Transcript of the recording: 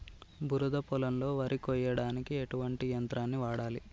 బురద పొలంలో వరి కొయ్యడానికి ఎటువంటి యంత్రాన్ని వాడాలి?